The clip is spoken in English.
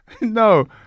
No